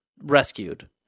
rescued